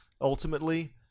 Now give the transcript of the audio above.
ultimately